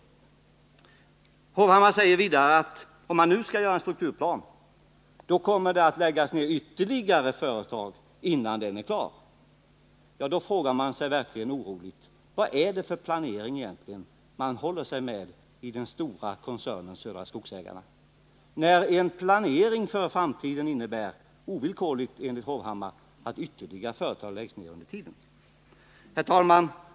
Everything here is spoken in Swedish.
Erik Hovhammar säger vidare beträffande strukturplanen att ytterligare företag kommer att läggas ned innan en sådan är klar. Då frågar man sig oroligt: Vilken planering håller man sig egentligen med i den stora koncernen Södra Skogsägarna, när en planering för framtiden ovillkorligen innebär, som Erik Hovhammar säger, att ytterligare företag läggs ned under tiden? Herr talman!